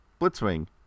Blitzwing